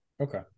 Okay